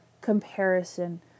comparison